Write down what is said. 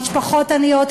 משפחות עניות,